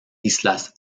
islas